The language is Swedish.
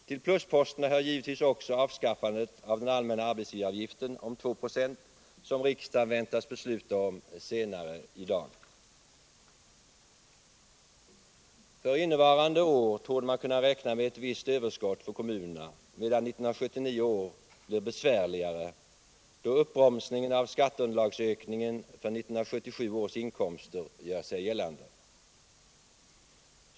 Till plusposterna hör givetvis också avskaffandet av den alimänna: För innevarande år torde man kunna räkna med ett visst överskott för kommunerna, medan 1979 blir besvärligare då uppbromsningen av skatteunderlagsökningen för 1977 års inkomster gör sig gällande.